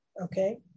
Okay